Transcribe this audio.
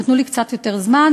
נתנו לי קצת יותר זמן,